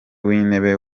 w’intebe